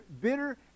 bitter